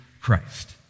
Christ